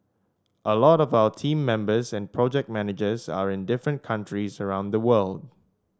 a lot of our team members and project managers are in different countries around the world